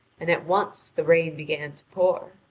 and at once the rain began to pour.